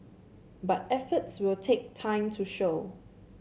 but efforts will take time to show